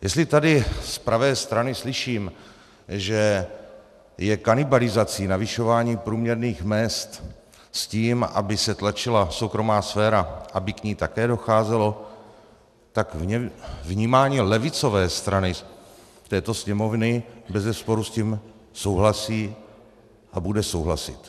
Jestli tady z pravé strany slyším, že je kanibalizací navyšování průměrných mezd s tím, aby se tlačila soukromá sféra, aby k ní také docházelo, tak vnímání levicové strany této Sněmovny bezesporu s tím souhlasí a bude souhlasit.